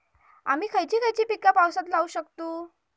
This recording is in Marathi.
आम्ही खयची खयची पीका पावसात लावक शकतु?